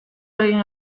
egin